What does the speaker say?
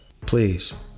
please